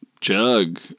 jug